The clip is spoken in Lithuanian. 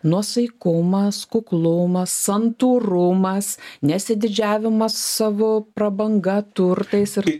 nuosaikumas kuklumas santūrumas nesididžiavimas savo prabanga turtais ir